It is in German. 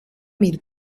mit